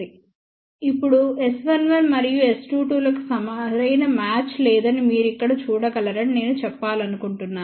ఇప్పుడుS11 మరియు S22 లకు సరైన మ్యాచ్ లేదని మీరు ఇక్కడ చూడగలరని నేను చెప్పాలనుకుంటున్నాను